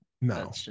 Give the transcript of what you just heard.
no